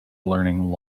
learning